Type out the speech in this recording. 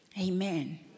Amen